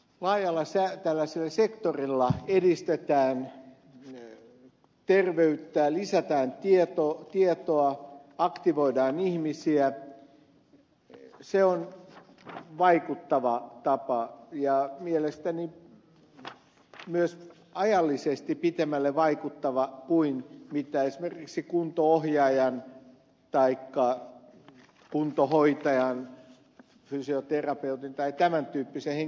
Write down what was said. vai olla se yleensäkin laajalla sektorilla edistetään terveyttä lisätään tietoa aktivoidaan ihmisiä on vaikuttava tapa ja mielestäni myös ajallisesti pitemmälle vaikuttava kuin esimerkiksi kunto ohjaajan taikka kuntohoitajan fysioterapeutin tai tämän tyyppisen henkilön antamat palvelut